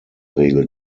regel